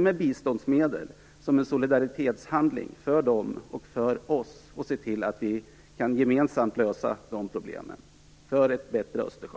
med biståndsmedel som en solidaritetshandling för dem och för oss se till att vi gemensamt kan lösa de problemen för ett bättre Östersjön.